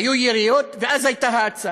היו יריות, ואז הייתה האצה.